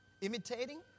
imitating